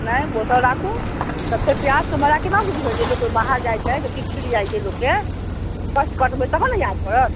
ने बोतल राखू तऽ फेर प्यासके मजा केना बुझबै जे लोक कोइ बाहर जाइ छै तऽ किछु छुटि जाइ छै लोककेँ कष्ट कटबै तब ने याद पड़त